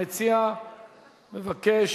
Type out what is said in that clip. המציע מבקש